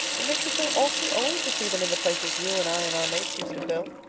it makes me feel awfully old to see them in the places you and i and our mates used to fill.